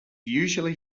usually